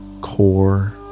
Core